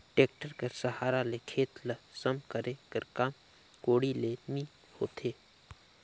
tractor कर सहारा ले खेत ल सम करे कर काम कोड़ी ले ही होथे